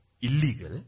illegal